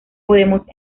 podemos